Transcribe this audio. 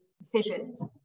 decisions